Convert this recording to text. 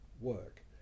work